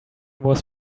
was